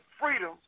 freedom